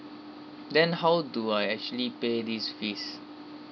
then how do I actually pay this fees